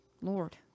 Lord